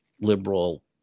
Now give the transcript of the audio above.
liberal